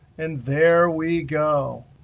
and there we go.